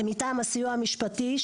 ומטעם הסיוע המשפטי,